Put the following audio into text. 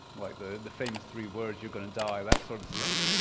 like the the famous three words, you're gonna die, that sort of stuff.